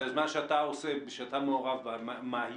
היוזמה שאתה מעורב בה, מה היא?